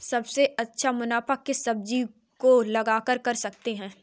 सबसे ज्यादा मुनाफा किस सब्जी को उगाकर कर सकते हैं?